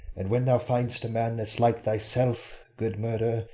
and when thou find'st a man that's like thyself, good murder,